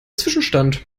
zwischenstand